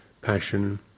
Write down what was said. passion